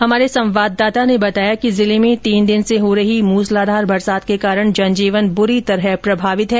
हमारे संवाददाता ने बताया कि जिले में तीन दिन से हो रही मूसलाधार बरसात के कारण जन जीवन बुरी तरह प्रभावित है